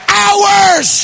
hours